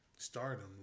Stardom